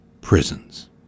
prisons